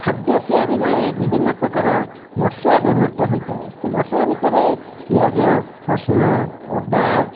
ଖାଦ୍ୟ ତିଆରି ବେଳେ ବିଭିନ୍ନ ପ୍ରକାର ମସଲା ବ୍ୟବହୃତ ହୋଇଥାଏ ସେ ମସଲା ଭିତରେ ପିଆଜ ରସୁଣ ଅଦା